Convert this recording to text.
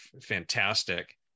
fantastic